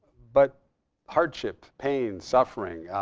but hardship, pain, suffering,